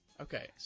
Okay